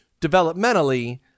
developmentally